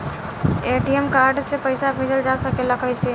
ATM card से पइसा भेजल जा सकेला कइसे?